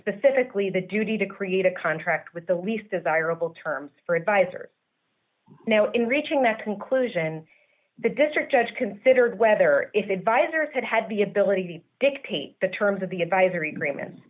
specifically the duty to create a contract with the least desirable terms for advisors now in reaching that conclusion the district judge considered whether if advisors had had the ability to dictate the terms of the advisory gr